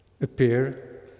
appear